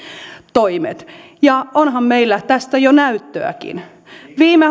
toimet ja onhan meillä tästä jo näyttöäkin viime